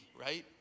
right